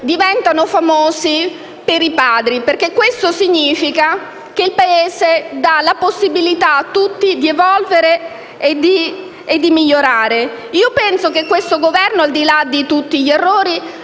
diventano famosi per i padri, perché ciò significa che il Paese dà a tutti la possibilità di evolvere e migliorare. Io penso che questo Governo, al di là di tutti gli errori,